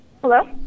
Hello